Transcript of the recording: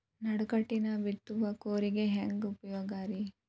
ನಡುಕಟ್ಟಿನ ಬಿತ್ತುವ ಕೂರಿಗೆ ಹೆಂಗ್ ಉಪಯೋಗ ರಿ?